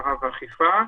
בקרה ואכיפה.